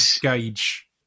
gauge